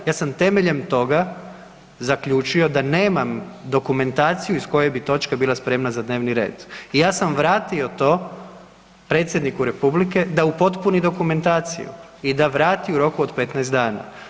Ja sam temeljem toga zaključio da nemam dokumentaciju iz koje bi točka bila spremna za dnevni red i ja sam vratio to predsjedniku republike da upotpuni dokumentaciju i da vrati u roku od 15 dana.